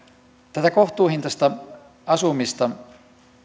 tätä kohtuuhintaista asumista